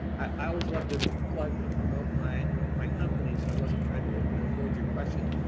i always loved to plug and promote my my company so i wasn't trying to avoid your question.